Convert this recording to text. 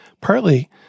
Partly